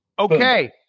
okay